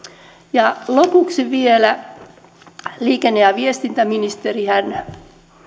ja lopuksi vielä liikenne ja viestintäministerihän